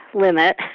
limit